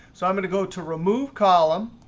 so i'm going to go to remove column,